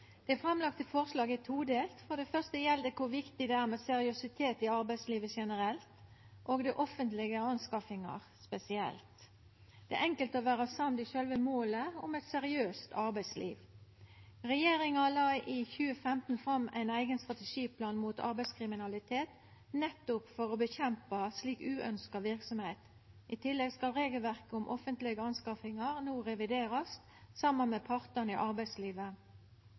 første gjeld det kor viktig det er med seriøsitet i arbeidslivet generelt og i samband med offentlege anskaffingar spesielt. Det er enkelt å vera samd i sjølve målet om eit seriøst arbeidsliv. Regjeringa la i 2015 fram ein eigen strategiplan mot arbeidslivskriminalitet, nettopp for å kjempa mot slik uønskt verksemd. I tillegg skal regelverket om offentlege anskaffingar no reviderast saman med partane i arbeidslivet.